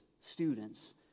students